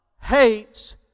hates